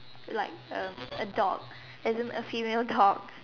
like um a dog as in a female dog